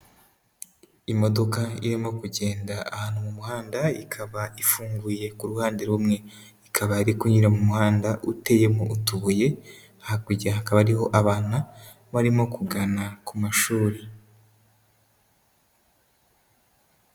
Imodoka irimo kugenda ahantu mu muhanda, ikaba ifunguye ku ruhande rumwe, ikaba iri kunyura mu muhanda uteyemo utubuye, hakurya hakaba ariho abana barimo kugana ku mashuri.